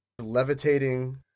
levitating